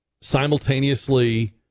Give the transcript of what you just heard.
simultaneously